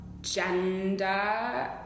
gender